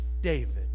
David